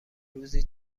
روزی